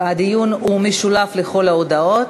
הדיון משולב לכל ההודעות.